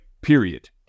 period